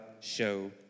show